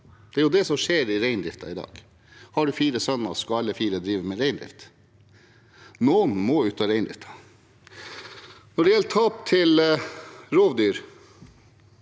det er jo det som skjer i reindriften i dag. Har man fire sønner, skal alle drive med reindrift. Noen må ut av reindriften. Når det gjelder tap til rovdyr,